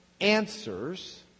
answers